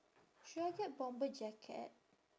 should I get bomber jacket